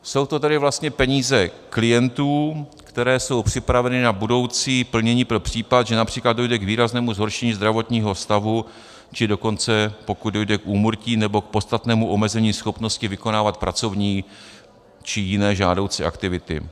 Jsou to tedy vlastně peníze klientů, které jsou připraveny na budoucí plnění pro případ, že například dojde k výraznému zhoršení zdravotního stavu, či dokonce pokud dojde k úmrtí nebo k podstatnému omezení schopnosti vykonávat pracovní či jiné žádoucí aktivity.